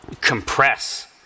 compress